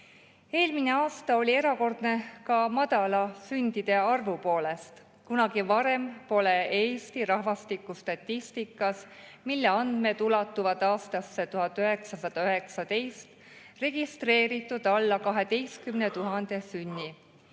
Eelmine aasta oli erakordne ka madala sündide arvu poolest. Kunagi varem pole Eesti rahvastikustatistikas, mille andmed ulatuvad aastasse 1919, registreeritud alla 12 000 sünni.